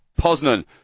Poznan